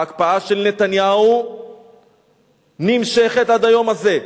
ההקפאה של נתניהו נמשכת עד היום הזה.